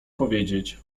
powiedzieć